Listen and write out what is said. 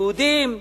יהודים,